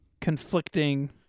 Conflicting